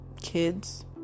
kids